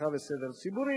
אבטחה וסדר ציבורי,